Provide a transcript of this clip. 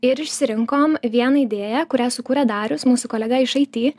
ir išsirinkom vieną idėją kurią sukūrė darius mūsų kolega iš it